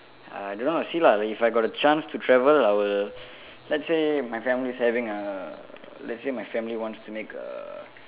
I don't know how to say lah like if I got the chance to travel I will let's say my family is having err let's say my family wants to make err